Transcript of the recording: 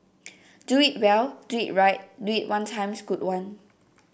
do it well do it right do it one times good one